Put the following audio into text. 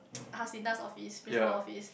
Hasina's office principal office